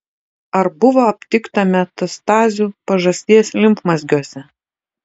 ar buvo aptikta metastazių pažasties limfmazgiuose